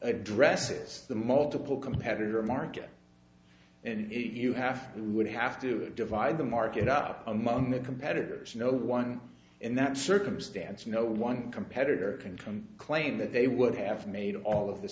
addresses the multiple competitor market and you have to would have to divide the market up among the competitors no one in that circumstance no one competitor can come claim that they would have made all of the